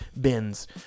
bins